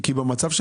המצב של